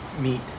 meet